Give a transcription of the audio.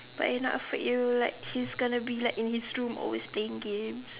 like enough for you like he's going to be like in his room always playing games